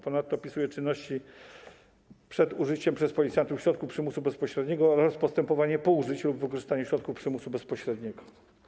Ponadto opisuje czynności przed użyciem przez policjantów środków przymusu bezpośredniego oraz postępowanie po użyciu lub wykorzystaniu środków przymusu bezpośredniego.